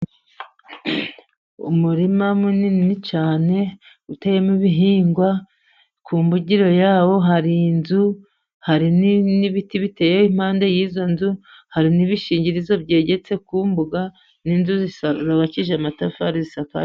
Umurima munini cyane uteyemo ibihingwa, ku mbugiro yawo hari inzu, hari n'ibiti bitewe impande y'izo nzu, hari n'ibishingirizo byegetse ku mbuga, n'inzu zubakishije amatafari zisakaye.